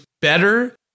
better